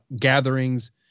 gatherings